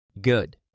Good